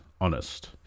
honest